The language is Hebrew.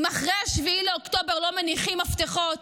אם אחרי 7 באוקטובר לא מניחים מפתחות,